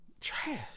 trash